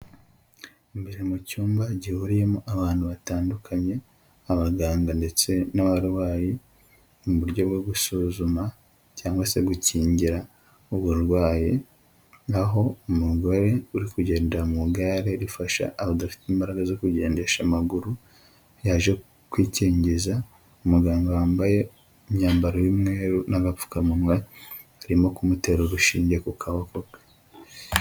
Imbere mu cyumba gihuriyemo abantu batandukanye, abaganga ndetse n'abarwayi mu buryo bwo gusuzuma cyangwa se gukingira uburwayi naho umugore uri kugendadera mu igare rifasha abadafite imbaraga zo kugendesha amaguru, yaje kwikingiza, umuganga wambaye imyambaro y'umweru n'agapfukamunwa urimo kumutera urushinge ku kaboko.